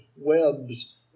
webs